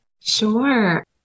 Sure